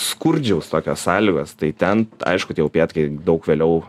skurdžios tokios sąlygos tai ten aišku tie upėtakiai daug vėliau